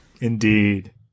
Indeed